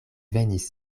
venis